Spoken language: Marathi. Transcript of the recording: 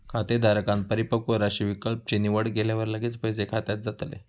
खातेधारकांन परिपक्व राशी विकल्प ची निवड केल्यावर लगेच पैसे खात्यात जातले